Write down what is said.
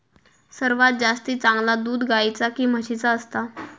सर्वात जास्ती चांगला दूध गाईचा की म्हशीचा असता?